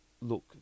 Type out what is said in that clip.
look